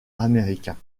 américains